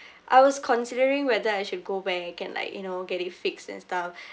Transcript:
I was considering whether I should go back and like you know get it fixed and stuff